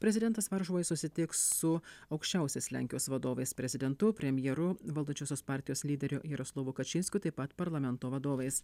prezidentas varšuvoj susitiks su aukščiausiais lenkijos vadovais prezidentu premjeru valdančiosios partijos lyderiu jaroslavu kačinskiu taip pat parlamento vadovais